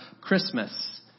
Christmas